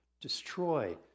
destroy